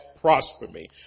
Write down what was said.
prosperity